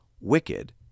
wicked